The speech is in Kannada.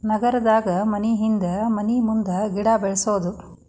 ನಗರದಾಗ ಮನಿಹಿಂದ ಮನಿಮುಂದ ಗಿಡಾ ಬೆಳ್ಸುದು